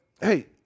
hey